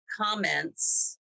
comments